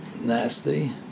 nasty